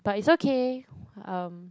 but it's okay um